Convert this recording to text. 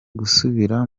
gusubira